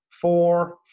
four